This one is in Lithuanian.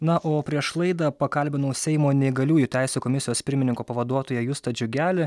na o prieš laidą pakalbinau seimo neįgaliųjų teisių komisijos pirmininko pavaduotoją justą džiugelį